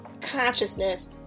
consciousness